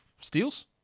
steals